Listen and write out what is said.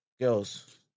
girls